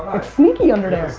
sneaky under there.